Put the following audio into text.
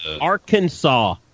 Arkansas